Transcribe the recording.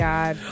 God